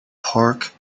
pork